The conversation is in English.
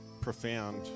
profound